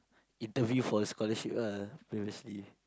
interview for the scholarship ah previously